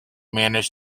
manners